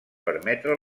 permetre